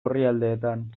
orrialdeetan